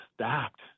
stacked